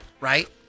Right